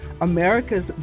America's